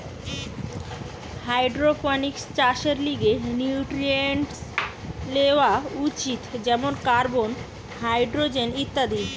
hydroponics চাষের লিগে nutrients লেওয়া উচিত যেমন কার্বন, হাইড্রোজেন ইত্যাদি